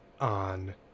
on